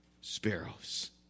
sparrows